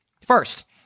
First